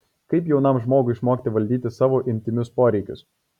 kaip jaunam žmogui išmokti valdyti savo intymius poreikius